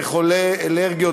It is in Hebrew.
חולי אלרגיות,